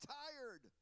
tired